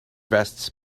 vests